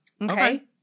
Okay